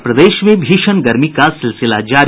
और प्रदेश में भीषण गर्मी का सिलसिला जारी